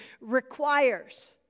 requires